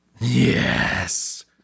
Yes